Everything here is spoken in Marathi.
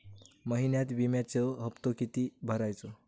महिन्यात विम्याचो हप्तो किती भरायचो?